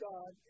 God